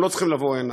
הם לא צריכים לבוא הנה.